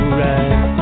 right